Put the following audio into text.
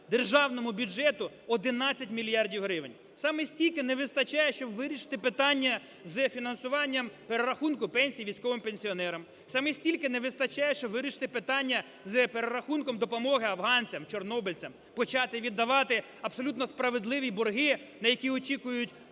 державному бюджету 11 мільярдів гривень. Саме стільки не вистачає, щоб вирішити питання з фінансуванням перерахунку пенсій військовим пенсіонерам. Саме стільки не вистачає, щоб вирішити питання з перерахунком допомоги афганцям, чорнобильцям, почати віддавати абсолютно справедливі борги, на які очікують